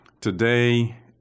Today